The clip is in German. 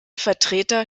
vertreter